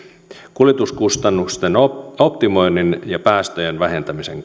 kuljetuskustannusten optimoinnin ja päästöjen vähentämisen